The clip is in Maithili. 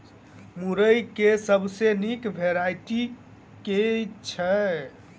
मुरई केँ सबसँ निक वैरायटी केँ छै?